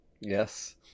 Yes